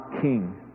king